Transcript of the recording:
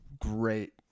great